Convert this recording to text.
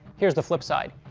here's the flip side.